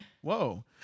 whoa